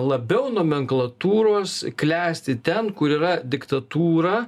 labiau nomenklatūros klesti ten kur yra diktatūra